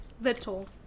Little